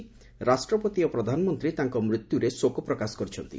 ରାଷ୍ଟ୍ରପତି ଓ ପ୍ରଧାନମନ୍ତୀ ତାଙ୍କ ମୃତ୍ୟୁରେ ଶୋକ ପ୍ରକାଶ କରିଛନ୍ତି